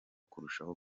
kurushaho